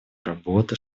работы